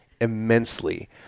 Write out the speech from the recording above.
immensely